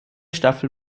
staffel